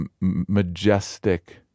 majestic